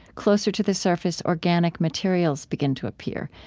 closer to the surface, organic materials begin to appear.